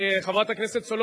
חברת הכנסת סולודקין,